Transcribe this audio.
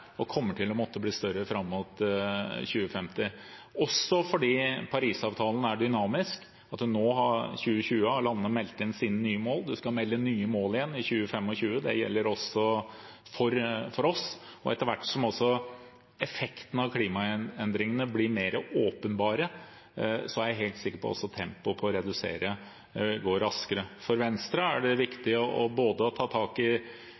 og kommer til å måtte bli større fram mot 2050, også fordi Parisavtalen er dynamisk. Nå i 2020 har landene meldt inn sine nye mål. Man skal melde inn nye mål igjen i 2025. Det gjelder også for oss. Og etter hvert som effekten av klimaendringene blir mer åpenbare, er jeg helt sikker på at også tempoet for å redusere går raskere. For Venstre er det viktig både å ta tak i de skattefordelene som petroleumsnæringen har nå, også den pakken fra i